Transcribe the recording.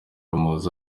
umuhoza